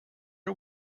are